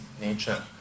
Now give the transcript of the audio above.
nature